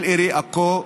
אל עירי עכו,